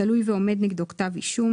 תלוי ועומד נגדו כתב אישום,